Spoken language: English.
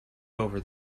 over